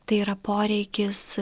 tai yra poreikis